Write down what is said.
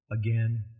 again